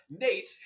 Nate